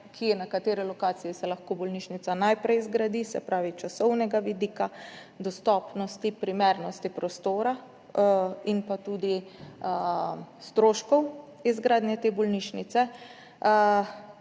na kateri lokaciji se lahko bolnišnica najprej zgradi, se pravi s časovnega vidika, vidika dostopnosti, primernosti prostora in tudi stroškov izgradnje te bolnišnice,